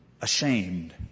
ashamed